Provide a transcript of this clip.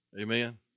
Amen